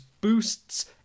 boosts